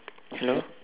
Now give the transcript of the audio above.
hello